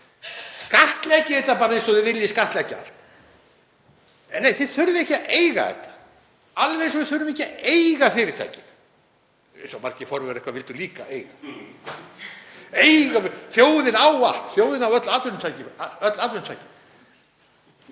Skattleggið þetta bara eins og þið viljið skattleggja allt en þið þurfið ekki að eiga þetta, alveg eins og við þurfum ekki að eiga fyrirtækin, eins og margir forverar ykkar vildu líka eiga. Þjóðin á allt, þjóðin á öll atvinnutækin,